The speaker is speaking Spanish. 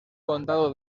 condado